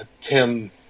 Tim